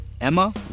Emma